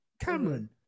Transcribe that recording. Cameron